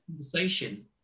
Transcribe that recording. conversation